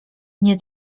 nie